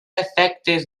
efectes